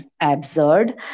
absurd